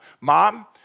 Mom